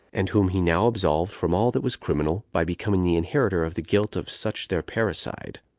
and whom he now absolved from all that was criminal, by becoming the inheritor of the guilt of such their parricide.